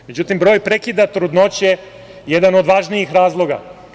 Međutim, broj prekida trudnoće jedan je od važnijih razloga.